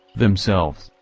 themselves,